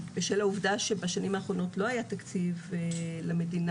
בשל העובדה שבשנים האחרונות לא היה תקציב למדינה,